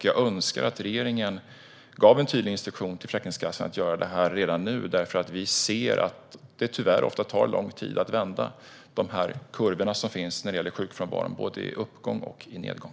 Jag önskar att regeringen kunde ge en tydlig instruktion till Försäkringskassan att göra detta redan nu, för vi ser att det tyvärr ofta tar lång tid att vända kurvorna för sjukfrånvaro, både i uppgång och nedgång.